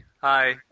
Hi